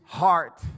heart